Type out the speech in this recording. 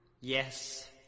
Yes